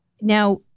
Now